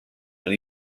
and